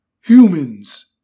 Humans